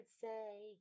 say